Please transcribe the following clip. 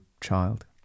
child